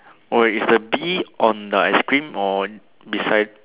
oh is the bee on the ice cream or beside